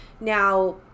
now